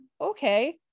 okay